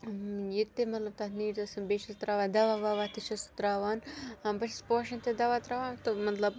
یہِ تہِ مطلب تَتھ نیٖڈ ٲس بیٚیہِ چھِس ترٛاوان دَوا وَوا تہِ چھِس ترٛاوان پَتہٕ چھِس پوشَن تہِ دَوا ترٛاوان تہٕ مطلب